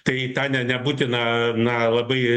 tai į tą ne nebūtina na labai